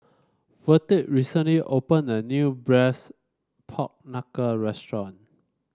Verdie recently opened a new braise Pork Knuckle restaurant